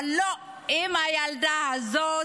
אבל לא, אם הילדה הזאת,